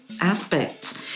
aspects